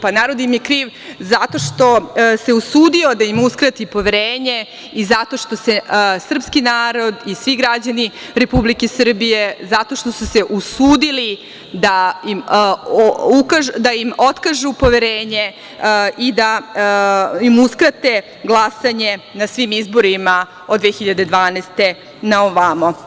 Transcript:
Pa, narod im je kriv zato što se usudio da im uskrati poverenje i zato što se srpski narod i svi građani Republike Srbije zato što su se usudili da im otkažu poverenje i da im uskrate glasanje na svim izborima od 2012. godine na ovamo.